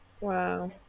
wow